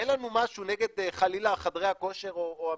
אין לנו משהו נגד חלילה חדרי הכושר או המסעדות,